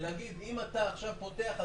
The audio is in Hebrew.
שנגיד שאם אתה עכשיו פותח,